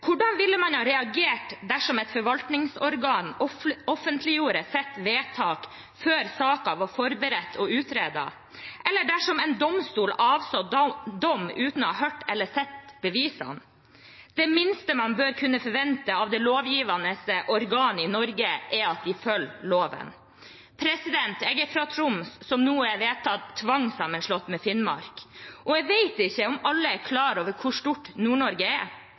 Hvordan ville man ha reagert dersom et forvaltningsorgan offentliggjorde sitt vedtak før saken var forberedt og utredet, eller dersom en domstol avsa dom uten å ha hørt eller sett bevisene? Det minste man bør kunne forvente av det lovgivende organet i Norge, er at det følger loven. Jeg er fra Troms, som nå er vedtatt tvangssammenslått med Finnmark. Jeg vet ikke om alle er klar over hvor stort Nord-Norge er. Fra det nordøstligste punktet i Finnmark til det sørligste punktet i Troms er